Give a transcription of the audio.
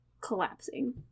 collapsing